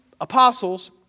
apostles